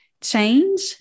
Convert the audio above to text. change